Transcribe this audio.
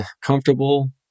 comfortable